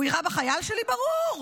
הוא יירה בחייל שלי, ברור.